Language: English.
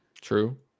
True